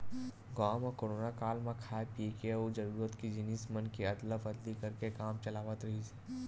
गाँव म कोरोना काल म खाय पिए के अउ जरूरत के जिनिस मन के अदला बदली करके काम चलावत रिहिस हे